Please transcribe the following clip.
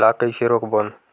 ला कइसे रोक बोन?